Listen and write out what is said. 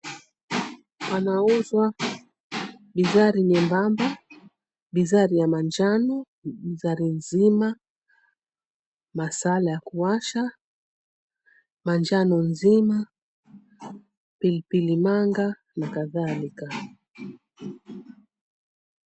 Wanaouzwa bizari nyembamba, bizari ya manjano, bizari nzima, masala ya kuwasha, manjano nzima, pilipili manga na kadhalika.